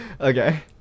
Okay